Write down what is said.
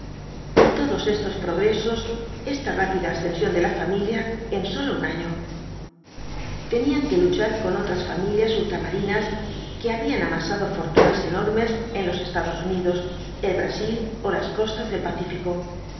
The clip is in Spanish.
y todos estos progresos esta rápida ascensión déla familia en solo un año tenían que i o v blasoo íbanbz luchar con otras familias ultramarinas que habían ama sado fortunas enormes en los estados unidos el brasil ó las costas del pacífico